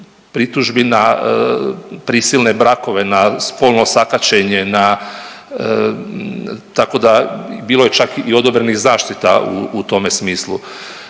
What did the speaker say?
pritužbi na prisilne brakove, na spolno sakaćenje, na tako da bilo je čak i odobrenih zaštita u tome smislu.